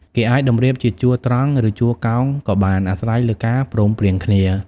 គេអាចតម្រៀបជាជួរត្រង់ ឬជួរកោងក៏បាន អាស្រ័យលើការព្រមព្រៀងគ្នា ។